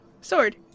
Sword